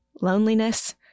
loneliness